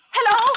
Hello